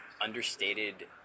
understated